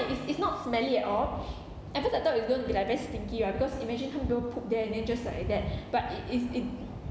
it's it's not smelly at all at first I thought it's going to be like very stinky right because imagine some people poop there and then just like that but it is it